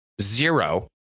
Zero